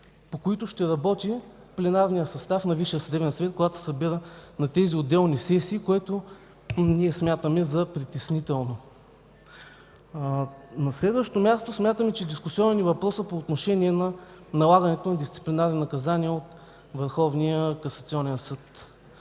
по които ще работи пленарният състав на Висшия съдебен съвет, когато се събира на отделни сесии, което смятаме за притеснително. На следващо място, смятаме за дискусионен въпроса по отношение налагането на дисциплинарни наказания от